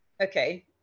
Okay